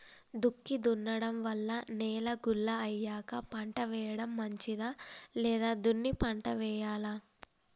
దుక్కి దున్నడం వల్ల నేల గుల్ల అయ్యాక పంట వేయడం మంచిదా లేదా దున్ని పంట వెయ్యాలా?